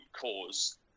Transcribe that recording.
cause